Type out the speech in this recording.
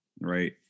Right